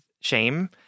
shame